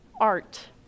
art